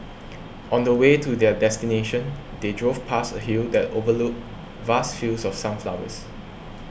on the way to their destination they drove past a hill that overlooked vast fields of sunflowers